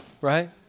right